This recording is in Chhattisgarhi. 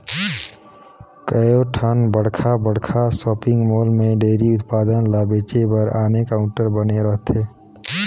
कयोठन बड़खा बड़खा सॉपिंग मॉल में डेयरी उत्पाद ल बेचे बर आने काउंटर बने रहथे